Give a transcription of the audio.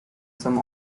some